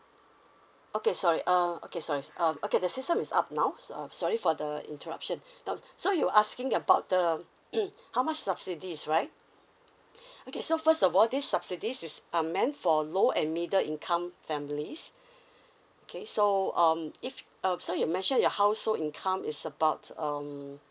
okay sorry uh okay sorry uh okay the system is up now s~ uh sorry for the interruption now so you asking about the how much subsidies right okay so first of all these subsidies is are meant for lower and middle income families okay so um if uh so you mention your household income is about um